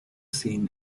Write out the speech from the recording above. seen